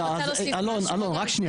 נכון אני רק רוצה להוסיף משהו,